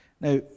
Now